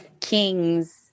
kings